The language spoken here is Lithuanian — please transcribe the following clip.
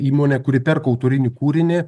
įmonė kuri perka autorinį kūrinį